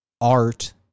art